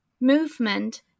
movement